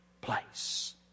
place